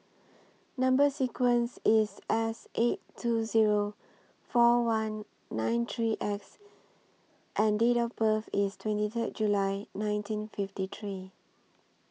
Number sequence IS S eight two Zero four one nine three X and Date of birth IS twenty Third July nineteen fifty three